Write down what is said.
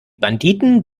banditen